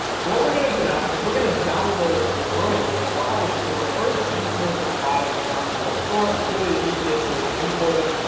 so what we're gonna do now is we're gonna download over lo for our store in order to import the products onto our store it's really the easiest way to import them.